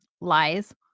lies